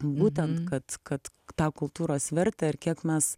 būtent kad kad tą kultūros vertę ir kiek mes